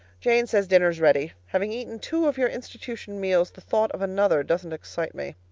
jane says dinner's ready. having eaten two of your institution meals, the thought of another doesn't excite me.